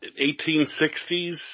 1860s